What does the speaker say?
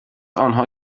آنها